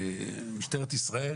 משטרת ישראל